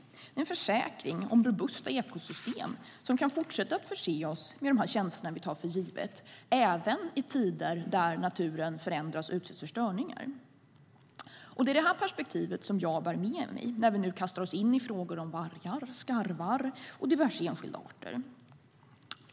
Den är en försäkring för robusta ekosystem som kan fortsätta att förse oss med de tjänster vi tar för givet, även i tider då naturen förändras och utsätts för störningar. Det är detta perspektiv jag bär med mig när vi nu kastar oss in i frågor om vargar, skarvar och diverse enskilda arter.